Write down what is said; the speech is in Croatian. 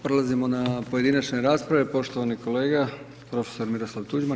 Prelazimo na pojedinačne rasprave, poštovani kolega profesor Miroslav Tuđman.